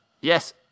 Yes